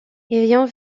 ayant